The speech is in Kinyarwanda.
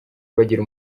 bagira